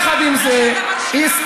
ויחד עם זה הסתייגתי,